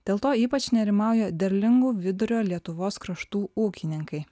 dėl to ypač nerimauja derlingų vidurio lietuvos kraštų ūkininkai